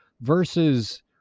versus